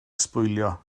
sbwylio